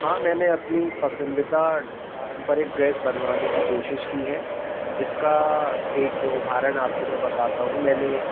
हाँ मैंने अपनी पसंदीदा पारंपरिक ड्रेस बनवाने की कोशिश की है जिसका एक उदाहरण आपको मैं बताता हूँ मैंने